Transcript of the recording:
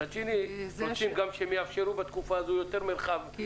מצד שני אנחנו גם רוצים שהם יאפשרו בתקופה הזאת יותר מרחב נשימה.